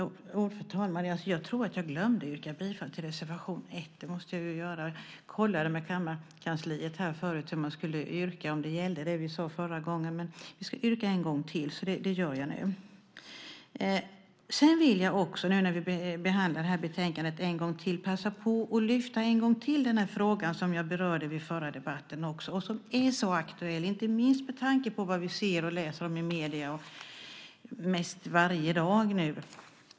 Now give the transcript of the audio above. Herr talman! Jag tror att jag glömde att yrka bifall till reservation 1. Det måste jag göra. Jag kollade med kammarkansliet förut hur man skulle yrka, om det vi sade förra gången gällde. Men vi ska yrka en gång till. Så det gör jag nu. Sedan vill jag också när vi behandlar det här betänkandet en gång till passa på att ännu en gång lyfta fram den fråga som jag berörde vid förra debatten och som är så aktuell, inte minst med tanke på vad vi ser och läser om i medierna mest varje dag nu.